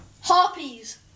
Harpies